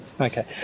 Okay